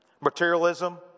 materialism